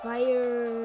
Fire